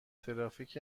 ترافیک